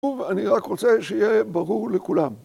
אני רק רוצה שיהיה ברור לכולם.